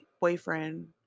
boyfriend